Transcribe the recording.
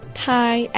Thai